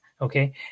okay